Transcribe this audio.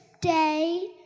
day